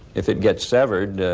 if it gets severed,